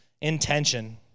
intention